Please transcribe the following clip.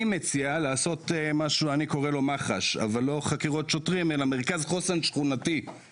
כידוע לך מד"א הוא גוף סטוטורי שהוקם על פי חוק ובעצם